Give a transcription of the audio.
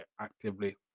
actively